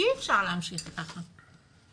אי אפשר להמשיך כך.